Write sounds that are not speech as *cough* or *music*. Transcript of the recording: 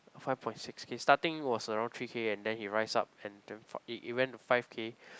five point six K starting was around three K and then he rise up and then *noise* it it went to five K